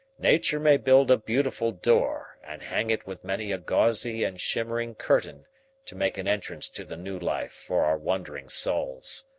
nature may build a beautiful door and hang it with many a gauzy and shimmering curtain to make an entrance to the new life for our wondering souls.